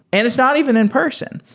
and it's not even in person.